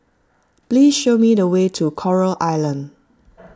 please show me the way to Coral Island